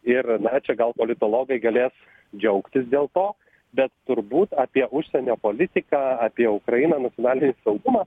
ir na čia gal politologai galės džiaugtis dėl to bet turbūt apie užsienio politiką apie ukrainą nacionalinį saugumą